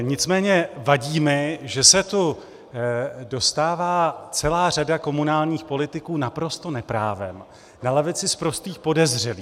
Nicméně vadí mi, že se tu dostává celá řada komunálních politiků naprosto neprávem na lavici sprostých podezřelých.